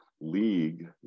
league